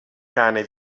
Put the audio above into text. cane